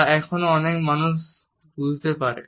তা এখনও অনেক মানুষ বুঝতে পারে